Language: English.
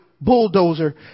bulldozer